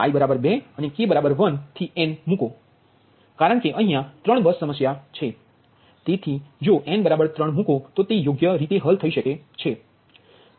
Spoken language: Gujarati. તેથી i 2 અને k 1 થી n મૂકો કારણકે ત્યાં 3 બસ સમસ્યા છે તેથી ત્યા n 3 મુકતા તે યોગ્ય રીતે હલ થઈ રહી છે